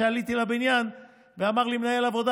שעליתי על הבניין ואמר לי מנהל עבודה,